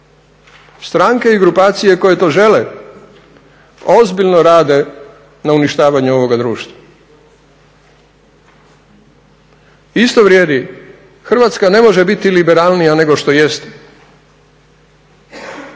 Stranke i grupacije koje to žele ozbiljno rade na uništavanju ovoga društva. Isto vrijedi, Hrvatska ne može biti liberalnija nego što jeste i ukoliko se ne nađe mjera u tom